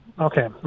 Okay